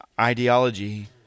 ideology